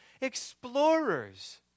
explorers